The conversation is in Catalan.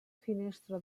finestra